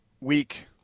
week